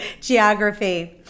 geography